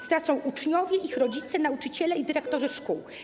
Stracą uczniowie, ich rodzice, nauczyciele i dyrektorzy szkół.